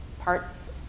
parts